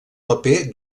paper